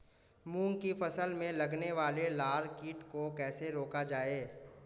मूंग की फसल में लगने वाले लार कीट को कैसे रोका जाए?